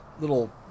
little